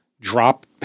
drop